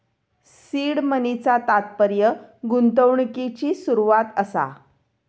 seed मनीचा तात्पर्य गुंतवणुकिची सुरवात असा